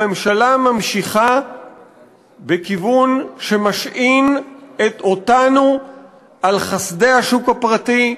הממשלה ממשיכה בכיוון שמשעין אותנו על חסדי השוק הפרטי,